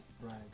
right